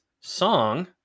song